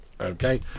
Okay